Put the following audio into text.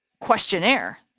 questionnaire